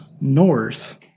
north